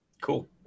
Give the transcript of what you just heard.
cool